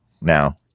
now